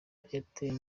airtel